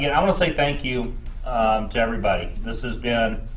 and i want to say thank you to everybody. this has been